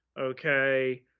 okay